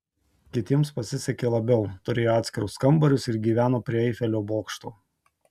kitiems pasisekė labiau turėjo atskirus kambarius ir gyveno prie eifelio bokšto